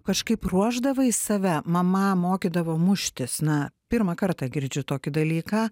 kažkaip ruošdavai save mama mokydavo muštis na pirmą kartą girdžiu tokį dalyką